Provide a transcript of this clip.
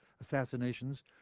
assassinations